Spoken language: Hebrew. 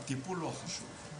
הטיפול הוא החשוב.